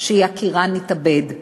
שיקירן התאבד,